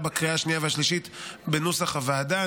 בקריאה השנייה והשלישית בנוסח הוועדה.